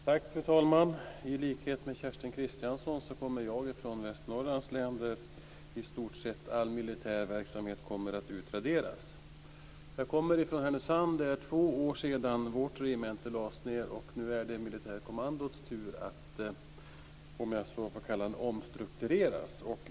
Fru talman! I likhet med Kerstin Kristiansson kommer jag från Västernorrlands län, där i stort sett all militär verksamhet kommer att utraderas. Jag kommer från Härnösand. Där lades för två år sedan vårt regemente ned, och nu är det militärkommandots tur att omstruktureras.